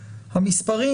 המספרים,